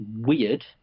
weird